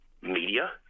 media